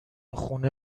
خونه